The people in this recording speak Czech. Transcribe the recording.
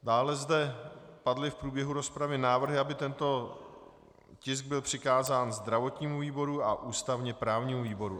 Dále zde padly v průběhu rozpravy návrhy, aby tento tisk byl přikázán zdravotnímu výboru a ústavněprávnímu výboru.